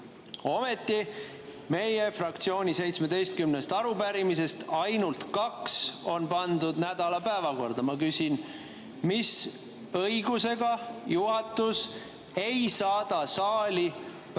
Ometi meie fraktsiooni 17 arupärimisest ainult kaks on pandud selle töönädala päevakorda. Ma küsin: mis õigusega juhatus ei saada saali päevakorrapunkte,